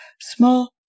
small